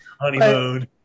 Honeymoon